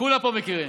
כולם פה מכירים,